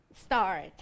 start